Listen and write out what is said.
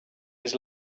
his